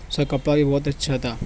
اس کا کپڑا بھی بہت اچھا تھا